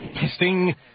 Testing